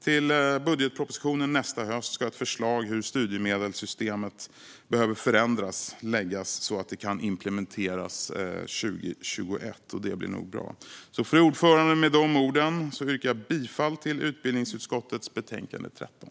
Till budgetpropositionen nästa höst ska ett förslag om hur studiemedelssystemet behöver förändras läggas fram så att det kan implementeras 2021 - det blir nog bra. Fru talman! Med de orden yrkar jag bifall till utbildningsutskottets förslag i betänkande 13.